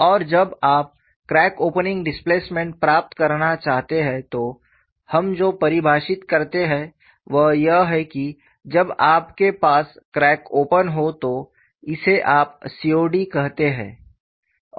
और जब आप क्रैक ओपनिंग डिस्प्लेसमेंट प्राप्त करना चाहते हैं तो हम जो परिभाषित करते हैं वह यह है कि जब आपके पास क्रैक ओपन हो तो इसे आप सीओडी कहते हैं